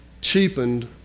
cheapened